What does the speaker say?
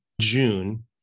June